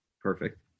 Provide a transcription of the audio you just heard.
Perfect